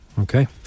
Okay